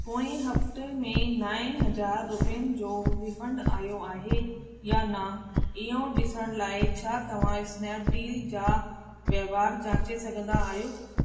पोएं हफ़्तो में नव हज़ार रुपियनि जो रीफंड आयो आहे या न इहो ॾिसण लाइ छा तव्हां स्नैपडील जा वहिंवार जाचे सघंदा आहियो